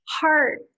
heart